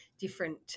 different